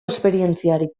esperientziarik